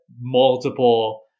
multiple